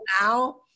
now